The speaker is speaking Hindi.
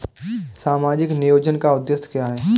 सामाजिक नियोजन का उद्देश्य क्या है?